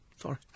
Sorry